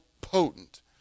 potent